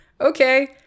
Okay